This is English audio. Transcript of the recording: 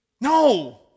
No